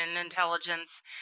intelligence